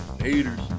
haters